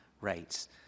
rates